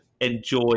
enjoy